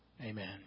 Amen